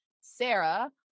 Sarah